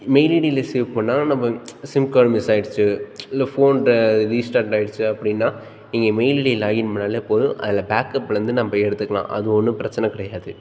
mail ஐடியில் save பண்ணால் நம்ம சிம் கார்டு மிஸ் ஆகிடுச்சு இல்லை ஃபோன் ட ரீஸ்டார்ட் ஆகிடுச்சு அப்படின்னா நீங்கள் மெயில் ஐடியை லாகின் பண்ணிணாலே போதும் அதில் பேக்அப்லருந்து நம்ம எடுத்துக்கலாம் அது ஒன்றும் பிரச்சின கிடையாது